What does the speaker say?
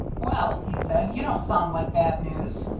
well, he said, you don't sound like bad news.